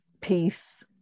peace